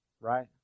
right